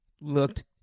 looked